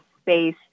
space